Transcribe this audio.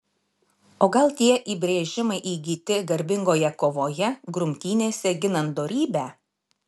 o gal tie įbrėžimai įgyti garbingoje kovoje grumtynėse ginant dorybę